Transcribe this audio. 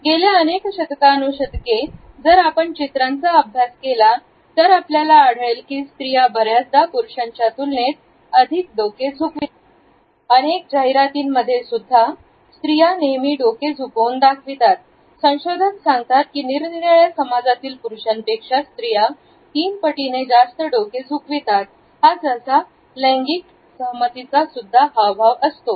गेल्या अनेक शतकानुशतके जर आपण चित्रांचा अभ्यास केला तर आपल्याला आढळेल की स्त्रिया बऱ्याच दा पुरुषांच्या तुलनेत अधिक डोके झुकवितात जाहिरातींमध्ये सुद्धा स्त्रिया नेहमी डोके झुकवून दाखवितात संशोधक सांगतात की निरनिराळ्या समाजातील पुरुषांपेक्षा स्त्रिया तीन पटीने जास्त डोके झोप येतात हा सहसा लैंगिक सहमतीचा सुद्धा हावभाव आहे